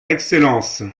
excellence